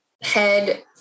head